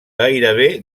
gairebé